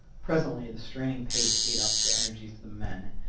presently the straining pace ate up the energies of the men.